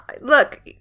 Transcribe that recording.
look